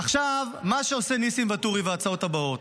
עכשיו, מה שעושה ניסים ואטורי בהצעות הבאות,